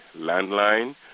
landline